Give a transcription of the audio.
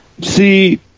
See